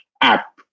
app